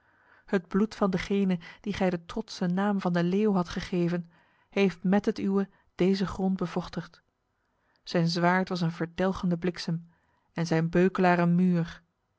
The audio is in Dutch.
het bloed van degene die gij de trotse naam van de leeuw hadt gegeven heeft met het uwe deze grond bevochtigd zijn zwaard was een verdelgende bliksem en zijn beukelaar een muur maar